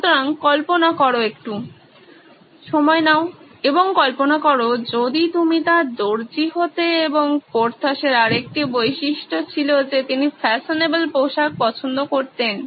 সুতরাং কল্পনা করো একটু সময় নাও এবং কল্পনা করো যদি তুমি তাঁর দর্জি হতে এবং পোর্থসের আরেকটি বৈশিষ্ট্য ছিল যে তিনি ফ্যাশনেবল পোশাক পছন্দ করতেন